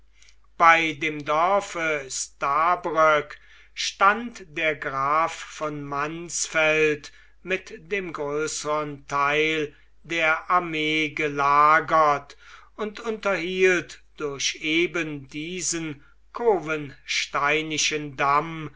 bei dem dorfe stabroek stand der graf von mansfeld mit dem größern theil der armee gelagert und unterhielt durch eben diesen cowensteinischen damm